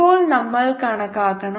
ഇപ്പോൾ നമ്മൾ കണക്കാക്കണം